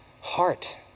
heart